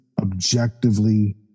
objectively